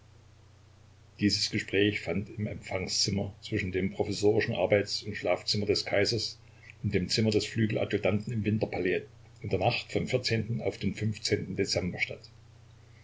dieses gespräch fand im empfangszimmer zwischen dem provisorischen arbeits und schlafzimmer des kaisers und dem zimmer des flügeladjutanten im winterpalais in der nacht vom auf den dezember